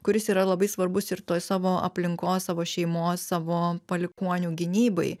kuris yra labai svarbus ir toj savo aplinkos savo šeimos savo palikuonių gynybai